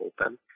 open